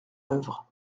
œuvre